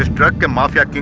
ah drug um mafia